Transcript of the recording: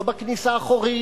לא בכניסה האחורית,